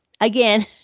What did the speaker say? again